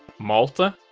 malta,